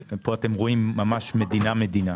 אתם רואים פה מדינה-מדינה.